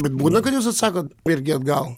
bet būna kad jūs atsakot irgi atgal